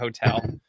hotel